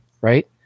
right